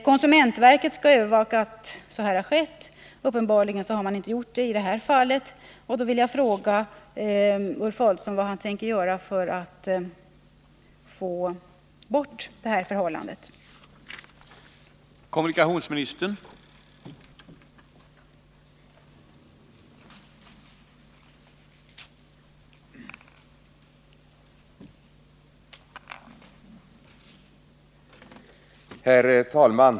Konsumentverket skall övervaka att lagar och Måndagen den förordningar följs på det här området. Uppenbarligen har konsumentverket 17 december 1979 inte gjort det i det här fallet. Därför vill jag fråga Ulf Adelsohn vad han tänker göra för att få bort den här reklamen. Om alkoholreklamen Kommunikationsministern ULF ADELSOHN: Herr talman!